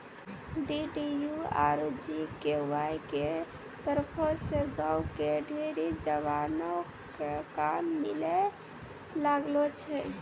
DDU आरु GKY के तरफो से गांव के ढेरी जवानो क काम मिलै लागलो छै